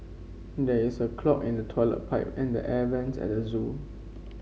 there is a clog in the toilet pipe and the air vents at the zoo